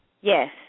yes